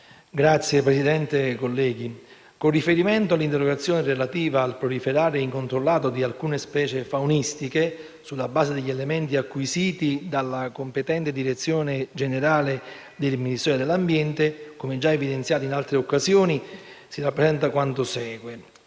Signora Presidente, onorevoli senatori, con riferimento all'interrogazione relativa al proliferare incontrollato di alcune specie faunistiche, sulla base degli elementi acquisiti dalla competente direzione generale del Ministero dell'ambiente, come già evidenziato in altre occasioni, si rappresenta quanto segue.